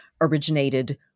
originated